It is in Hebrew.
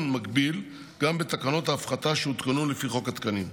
מקביל גם בתקנות ההפחתה שהותקנו לפי חוק התקנים,